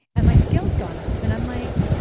and my scale's gone up. but i'm like,